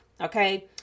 Okay